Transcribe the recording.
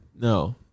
No